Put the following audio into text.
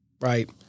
right